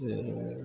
जे